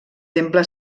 temple